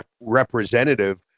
representative